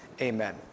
Amen